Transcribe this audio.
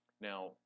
Now